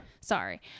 Sorry